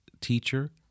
teacher